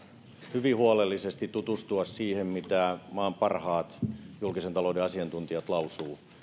hyvin huolellisesti tutustua siihen mitä maan parhaat julkisen talouden asiantuntijat lausuvat